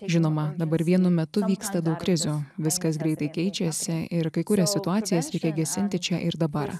žinoma dabar vienu metu vyksta daug krizių viskas greitai keičiasi ir kai kurias situacijas reikia gesinti čia ir dabar